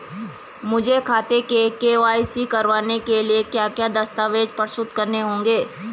मुझे खाते की के.वाई.सी करवाने के लिए क्या क्या दस्तावेज़ प्रस्तुत करने होंगे?